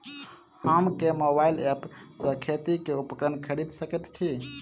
हम केँ mobile app सँ खेती केँ उपकरण खरीदै सकैत छी?